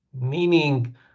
meaning